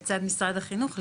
לצד משרד החינוך,